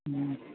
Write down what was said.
ہوں